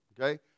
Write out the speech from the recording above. Okay